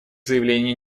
заявлений